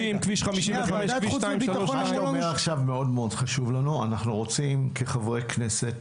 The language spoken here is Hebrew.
בוועדת החוץ והביטחון אמרו לנו --- בתור הכנסת,